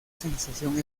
sensación